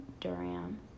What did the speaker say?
Durham